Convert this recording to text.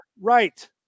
right